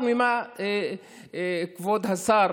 כבוד השר